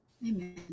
Amen